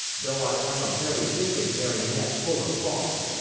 though i am a very wicked marionette full of faults,